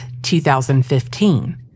2015